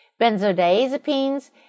Benzodiazepines